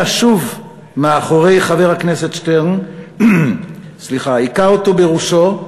שוב מאחורי חבר הכנסת שטרן והכה אותו בראשו.